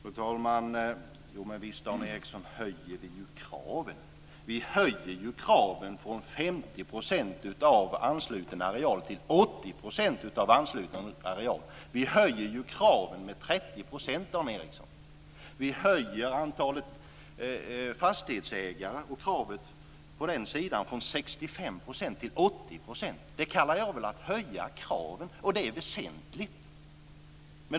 Fru talman! Visst höjer vi kraven, Dan Ericsson! Vi höjer ju kraven från 50 % av ansluten areal till 80 %! Vi höjer ju kraven med 30 %, Dan Ericsson! Vi ökar antalet fastighetsägare, och kravet på den sidan, från 65 % till 80 %! Det kallar jag att höja kraven - och det väsentligt.